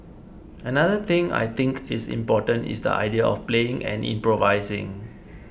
another thing I think is important is the idea of playing and improvising